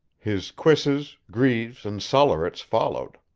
his cuisses, greaves, and sollerets followed.